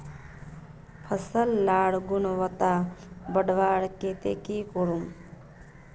फसल लार गुणवत्ता बढ़वार केते की करूम?